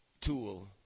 tool